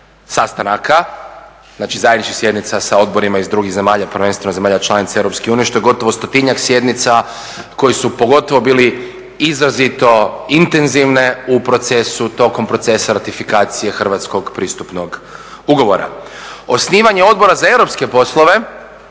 sastanaka, znači zajedničkih sjednica sa odborima iz drugih zemalja prvenstveno zemalja članica EU, što je gotovo 100-njak sjednica koje su pogotovo bile izrazito intenzivne u procesu tokom procesa ratifikacije hrvatskog pristupnog ugovora. Osnivanje Odbora za europske poslove